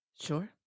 Sure